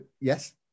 yes